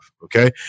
okay